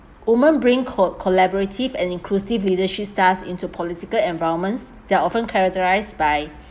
women bring col~ collaborative and inclusive leadership tasks into political environments that are often characterised by